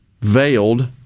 veiled